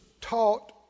taught